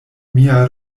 mia